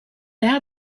out